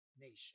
nation